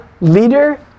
leader